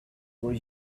were